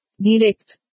Direct